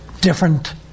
different